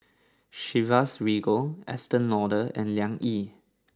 Chivas Regal Estee Lauder and Liang Yi